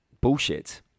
bullshit